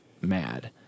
mad